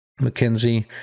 McKenzie